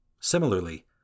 Similarly